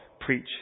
preach